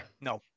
No